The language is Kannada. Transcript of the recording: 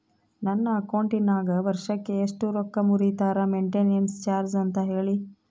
ನನ್ನ ಅಕೌಂಟಿನಾಗ ವರ್ಷಕ್ಕ ಎಷ್ಟು ರೊಕ್ಕ ಮುರಿತಾರ ಮೆಂಟೇನೆನ್ಸ್ ಚಾರ್ಜ್ ಅಂತ ಹೇಳಿ?